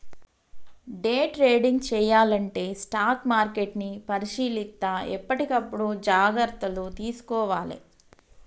day trading చెయ్యాలంటే stock మార్కెట్ని పరిశీలిత్తా ఎప్పటికప్పుడు జాగర్తలు తీసుకోవాలే